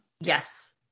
Yes